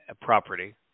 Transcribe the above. property